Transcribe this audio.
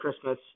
Christmas